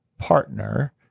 partner